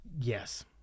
Yes